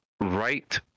right